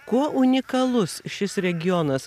kuo unikalus šis regionas